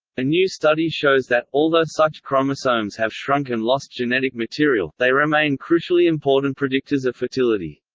a new study shows that, although such chromosomes have shrunk and lost genetic material, they remain crucially important predictors of fertility.